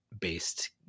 based